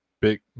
big